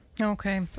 Okay